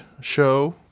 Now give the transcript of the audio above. show